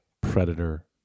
predator